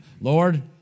Lord